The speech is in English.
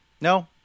no